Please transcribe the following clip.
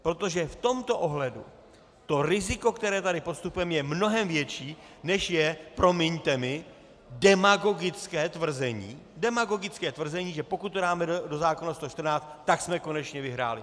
Protože v tomto ohledu to riziko, které tady podstupujeme, je mnohem větší, než je, promiňte mi, demagogické tvrzení, demagogické tvrzení, že pokud to dáme do zákona 114, tak jsme konečně vyhráli.